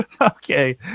Okay